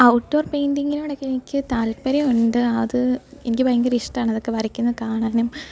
outer പെയിൻറ്റിങ്ങിനോടക്കെ എനിക്ക് താൽപ്പര്യമുണ്ട് അത് എനിക്ക് ഭയങ്കര ഇഷ്ടമാണതൊക്കെ വരക്കുന്ന കാണാനും